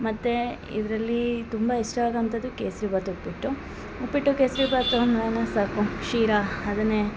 ಮತ್ತು ಇದರಲ್ಲಿ ತುಂಬ ಇಷ್ಟ ಆಗೊಂಥದ್ದು ಕೇಸ್ರಿಬಾತು ಉಪ್ಪಿಟ್ಟು ಉಪ್ಪಿಟ್ಟು ಕೇಸ್ರಿಬಾತುನ ಅನ್ನ ಸಾಕು ಶೀರಾ ಅದನ್ನೆ